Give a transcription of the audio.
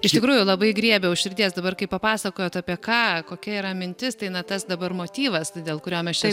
iš tikrųjų labai griebia už širdies dabar kai papasakojot apie ką kokia yra mintis tai na tas dabar motyvas dėl kurio mes čia